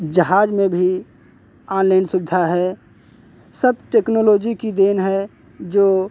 जहाज में भी ऑनलाइन सुविधा है सब टेक्नोलॉजी की देन है जो